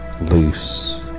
loose